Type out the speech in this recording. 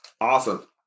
Awesome